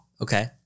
Okay